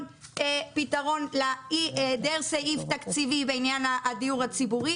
פתרון להיעדר סעיף תקציבי בעניין הדיור הציבורי